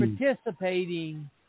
participating